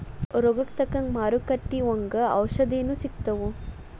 ರೋಗಕ್ಕ ತಕ್ಕಂಗ ಮಾರುಕಟ್ಟಿ ಒಂಗ ಔಷದೇನು ಸಿಗ್ತಾವ